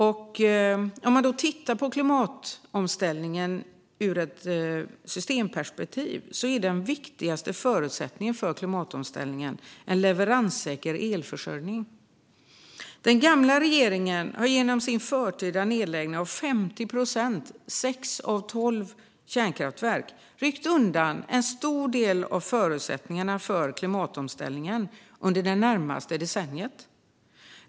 När man tittar på klimatomställningen ur ett systemperspektiv är den viktigaste förutsättningen för klimatomställningen en leveranssäker elförsörjning. Den gamla regeringen har genom sin förtida nedläggning av 50 procent - sex av tolv reaktorer - av våra kärnkraftverk ryckt undan en stor del av förutsättningarna för klimatomställningen under det närmaste decenniet.